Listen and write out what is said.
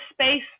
space